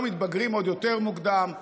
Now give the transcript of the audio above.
היום מתבגרים עוד יותר מוקדם,